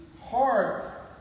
heart